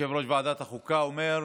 יושב-ראש ועדת החוקה, אומר: